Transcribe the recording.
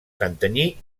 santanyí